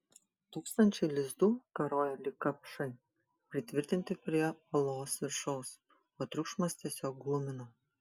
tūkstančiai lizdų karojo lyg kapšai pritvirtinti prie olos viršaus o triukšmas tiesiog glumino